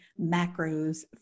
macros